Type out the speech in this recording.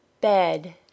bed